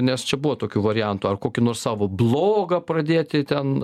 nes čia buvo tokių variantų ar kokį nors savo blogą pradėti ten